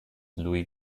louis